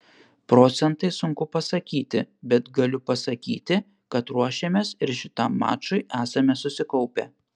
procentais sunku pasakyti bet galiu pasakyti kad ruošėmės ir šitam mačui esame susikaupę